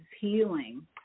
healing